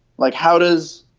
like, how does.